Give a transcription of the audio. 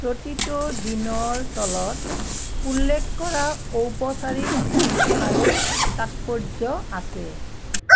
প্ৰতিটো দিনৰ তলত উল্লেখ কৰা ঔপচাৰিক আৰু তাৎপৰ্য্য আছে